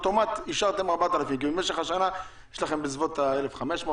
אוטומטית אישרתם 4,000. במשך השנה יש לכם בסביבות 1,500,